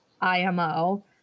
IMO